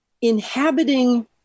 inhabiting